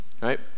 Right